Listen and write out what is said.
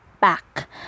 back